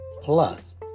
Plus